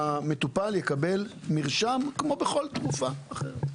המטופל יקבל מרשם, כמו בכל תקופה אחרת.